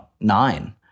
nine